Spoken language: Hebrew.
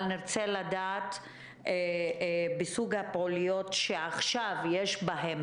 נרצה לדעת את סוג הפעילויות שעכשיו יש בהם